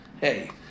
Hey